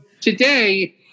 today